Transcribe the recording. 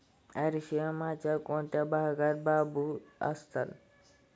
अरशियामाच्या कोणत्या भागात बांबू सापडतात?